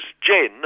Jen